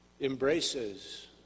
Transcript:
embraces